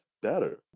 better